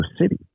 City